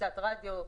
קצת רדיו.